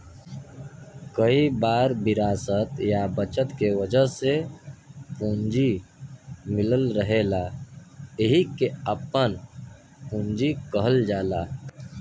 कई बार विरासत या बचत के वजह से पूंजी मिलल रहेला एहिके आपन पूंजी कहल जाला